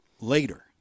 later